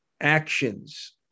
actions